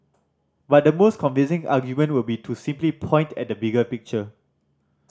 but the most convincing argument would be to simply point at the bigger picture